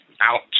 out